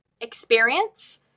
experience